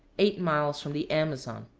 eight miles from the amazon.